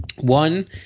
One